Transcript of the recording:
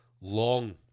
long